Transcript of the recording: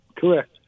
Correct